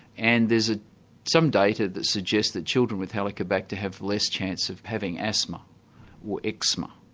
and there's ah some data that suggests that children with helicobacter have less chance of having asthma or eczema,